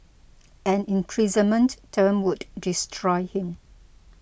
an imprisonment term would destroy him